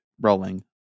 rolling